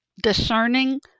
discerning